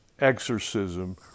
exorcism